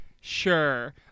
Sure